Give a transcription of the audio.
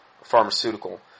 pharmaceutical